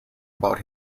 about